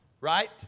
Right